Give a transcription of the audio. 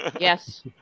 Yes